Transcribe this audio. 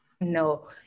No